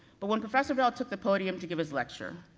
but when professor bell took the podium to give his lecture,